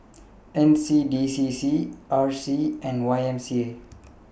N C D C C R C and Y M C A